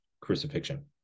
crucifixion